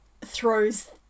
throws